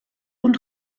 und